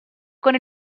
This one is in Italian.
con